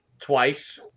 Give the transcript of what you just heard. twice